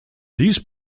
these